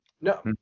No